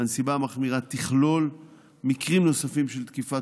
הנסיבה המחמירה תכלול מקרים נוספים של תקיפת